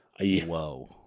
whoa